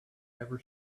ever